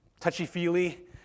touchy-feely